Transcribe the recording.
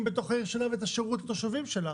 בתוך העיר שלה ואת השירות לתושבים שלה,